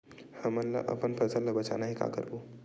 हमन ला अपन फसल ला बचाना हे का करबो?